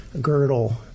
girdle